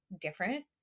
different